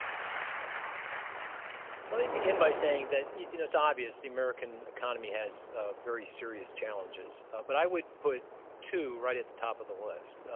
um let me begin by saying that, you know, it's obvious the american economy has ah very serious challenges. but i would put two right at the top of the list.